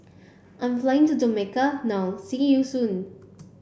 I'm flying to Dominica now see you soon